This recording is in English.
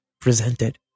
presented